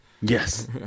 Yes